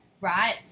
right